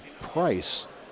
price